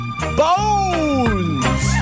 Bones